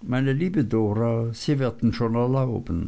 meine liebe dora sie werden schon erlauben